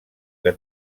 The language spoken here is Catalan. que